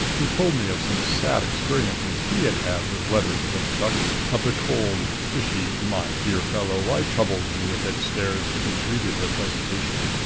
who told me of some sad experiences he had had with letters of introduction of the cold, fishy, my-dear-fellow-why-trouble-me-with-it? stares that had greeted their presentation.